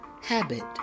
Habit